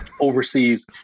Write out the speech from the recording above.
overseas